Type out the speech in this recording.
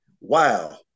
wow